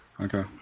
Okay